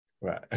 right